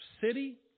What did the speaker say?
city